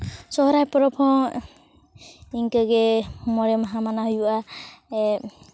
ᱥᱚᱨᱦᱟᱭ ᱯᱚᱨᱚᱵᱽ ᱦᱚᱸ ᱤᱱᱠᱟᱹ ᱜᱮ ᱢᱚᱬᱮ ᱢᱟᱦᱟ ᱢᱟᱱᱟᱣ ᱦᱩᱭᱩᱜᱼᱟ